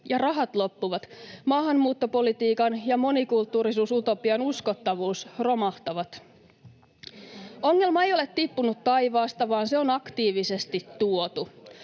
ja rahat loppuvat, maahanmuuttopolitiikan ja monikulttuurisuus-utopian uskottavuus romahtavat. Ongelma ei ole tippunut taivaasta, vaan se on aktiivisesti tuotu